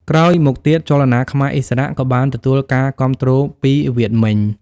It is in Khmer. ក្រោយមកទៀត ចលនាខ្មែរឥស្សរៈក៏បានទទួលការគាំទ្រពីវៀតមិញ។